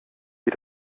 wie